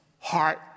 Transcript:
heart